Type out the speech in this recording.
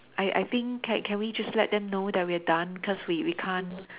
I I think can can we just let them know that we are done cause we we can't